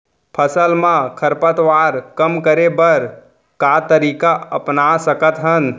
फसल मा खरपतवार कम करे बर का तरीका अपना सकत हन?